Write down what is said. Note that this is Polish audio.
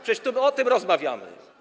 Przecież my tu o tym rozmawiamy.